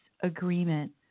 agreement